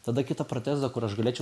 tada kitą protezą kur aš galėčiau